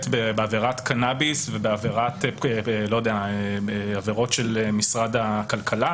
בעבירת קנאביס או עבירות של משרד הכלכלה,